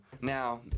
Now